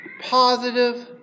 positive